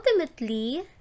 ultimately